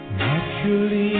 naturally